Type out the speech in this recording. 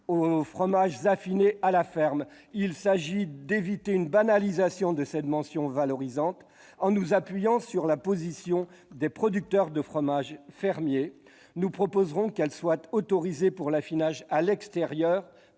aux fromages affinés à la ferme. Il s'agit d'éviter une banalisation de cette mention valorisante. En nous appuyant sur la position des producteurs de fromages fermiers, nous proposerons qu'elle soit autorisée pour l'affinage à l'extérieur